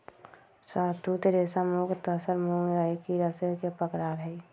शहतुत रेशम ओक तसर मूंगा एरी रेशम के परकार हई